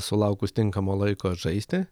sulaukus tinkamo laiko žaisti